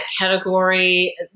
category